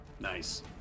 Nice